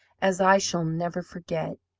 as i shall never forget.